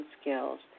skills